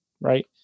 right